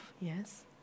yes